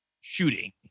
shooting